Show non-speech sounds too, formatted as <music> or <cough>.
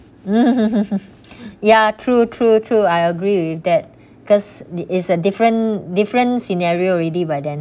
<laughs> ya true true true I agree with that because it is a different different scenario already by then